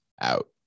out